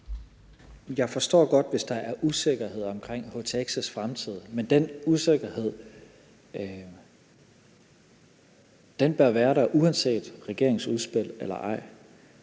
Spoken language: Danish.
Jeg forstår godt, hvis der er usikkerhed omkring htx' fremtid, men den usikkerhed bør være der uanset regeringens udspil eller ej.